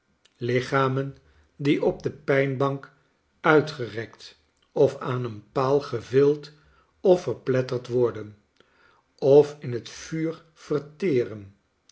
lichamen die op de pijnbank uitgerekt of aan een paal gevild of verpletterd worden of in het vuur verteren